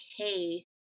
okay